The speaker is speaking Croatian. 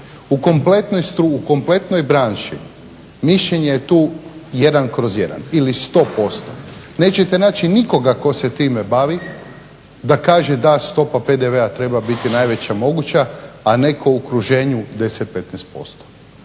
U kompletnoj branši, mišljenje je tu 1/1 ili 100%. Nećete naći nikoga tko se time bavi da kaže, da stopa PDV-a treba biti najveća moguća a netko u okruženju 10, 15%.